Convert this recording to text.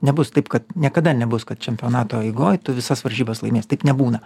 nebus taip kad niekada nebus kad čempionato eigoj tu visas varžybas laimėsi taip nebūna